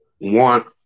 want